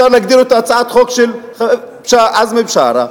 אפשר להגדיר אותה הצעת חוק של עזמי בשארה,